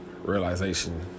realization